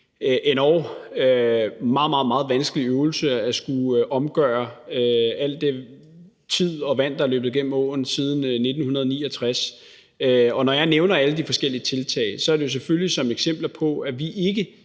meget, meget vanskelig øvelse at skulle omdirigere alt det vand, der er løbet gennem åen siden 1969. Og når jeg nævner alle de forskellige tiltag, er det jo selvfølgelig som eksempler på, at vi ikke